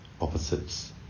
opposites